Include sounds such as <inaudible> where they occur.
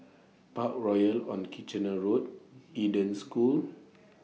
Parkroyal on Kitchener Road <noise> Eden School <noise>